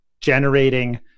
generating